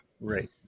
right